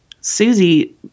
Susie